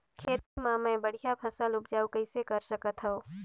खेती म मै बढ़िया फसल उपजाऊ कइसे कर सकत थव?